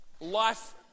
life